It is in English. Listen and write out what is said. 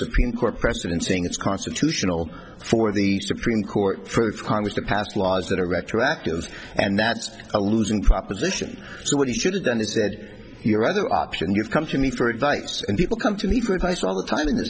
supreme court precedent saying it's constitutional for the supreme court for congress to pass laws that are retroactive and that's a losing proposition so what he should have done is said your other option you have come to me for advice and people come to me for place all the time in th